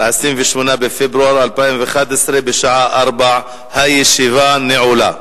28 בפברואר 2011, בשעה 16:00. הישיבה נעולה.